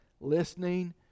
listening